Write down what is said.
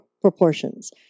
proportions